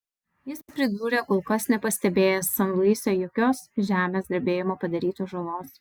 jis pridūrė kol kas nepastebėjęs san luise jokios žemės drebėjimo padarytos žalos